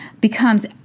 becomes